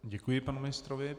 Děkuji panu ministrovi.